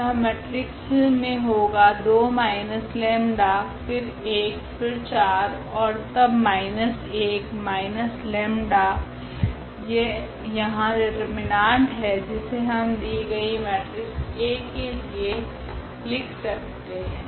यहाँ मेट्रिक्स मे होगा 2 माइनस लेम्डा 𝜆 फिर 1 फिर 4 ओर तब माइनस 1 माइनस लेम्डा 𝜆 यह यहाँ डिटर्मिनांट है जिसे हम दि गई मेट्रिक्स A के लिए लिख सकते है